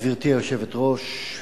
גברתי היושבת-ראש,